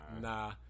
Nah